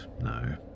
no